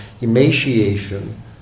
emaciation